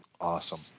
Awesome